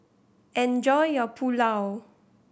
enjoy your Pulao